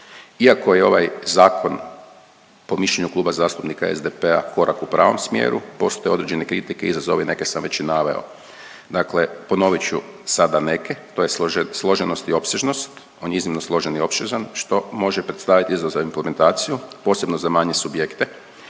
Iako je ovaj zakon po mišljenju Kluba zastupnika SDP-a korak u pravom smjeru postoje određene kritike i izazovi, neke sam već i naveo. Dakle ponovit ću sada neke, to je složenost i opsežnost, on je iznimno složen i opsežan, što može predstavit izazov za implementaciju, posebno za manje subjekte